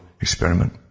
Experiment